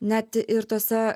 net ir tuose